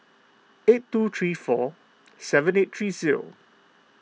eight two three four seven eight three zero